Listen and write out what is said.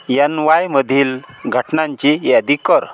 N वायमधील घटनांची यादी कर